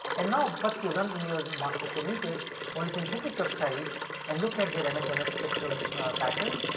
and now first you run in your mass spectrometers only synthetic peptides and look at their ms ms spectrum pattern,